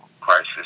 crisis